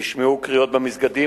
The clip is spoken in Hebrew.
נשמעו קריאות במסגדים,